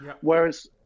Whereas